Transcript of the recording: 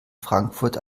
frankfurt